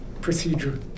procedure